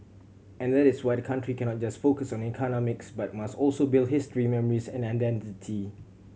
and that is why the country cannot just focus on economics but must also build history memories and identity